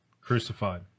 crucified